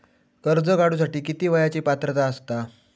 कर्ज काढूसाठी किती वयाची पात्रता असता?